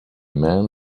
man